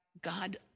God